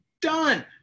Done